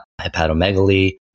hepatomegaly